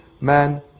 man